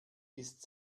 ist